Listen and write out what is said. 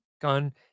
gun